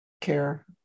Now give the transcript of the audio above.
care